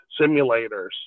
simulators